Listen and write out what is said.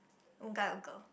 guy or girl